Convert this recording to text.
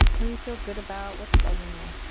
what do you feel good about? what's bugging ya?